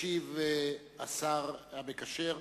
ישיב השר המקשר,